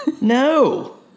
No